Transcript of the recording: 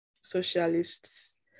socialists